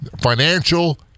financial